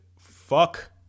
fuck